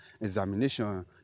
examination